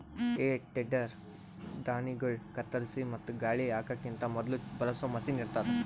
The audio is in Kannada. ಹೇ ಟೆಡರ್ ಧಾಣ್ಣಿಗೊಳ್ ಕತ್ತರಿಸಿ ಮತ್ತ ಗಾಳಿ ಹಾಕಕಿಂತ ಮೊದುಲ ಬಳಸೋ ಮಷೀನ್ ಇರ್ತದ್